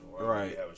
Right